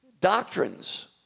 doctrines